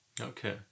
Okay